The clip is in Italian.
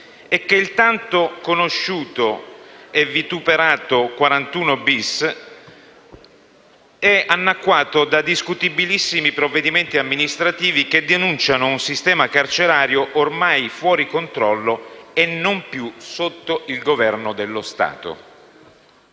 e che il tanto conosciuto e vituperato 41-*bis* è annacquato da discutibilissimi provvedimenti amministrativi, che denunciano un sistema carcerario ormai fuori controllo e non più sotto il governo dello Stato.